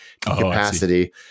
capacity